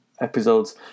episodes